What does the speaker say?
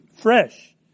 fresh